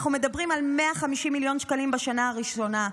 אנחנו מדברים על 150 מיליון שקלים בשנה הראשונה,